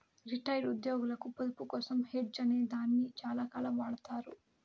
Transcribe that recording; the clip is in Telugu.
రిటైర్డ్ ఉద్యోగులకు పొదుపు కోసం హెడ్జ్ అనే దాన్ని చాలాకాలం వాడతారు